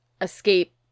escape